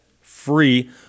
free